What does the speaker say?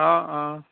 অঁ অঁ